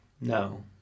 No